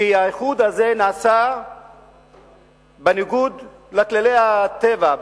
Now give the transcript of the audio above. כי האיחוד הזה נעשה בניגוד לכללי הטבע,